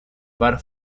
bar